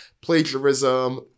plagiarism